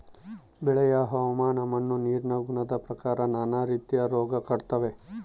ಬೆಳೆಯ ಹವಾಮಾನ ಮಣ್ಣು ನೀರಿನ ಗುಣದ ಪ್ರಕಾರ ನಾನಾ ರೀತಿಯ ರೋಗ ಕಾಡ್ತಾವೆ